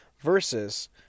versus